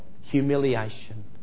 humiliation